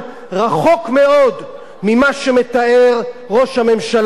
ממה שמתאר ראש הממשלה בנימין נתניהו.